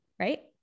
right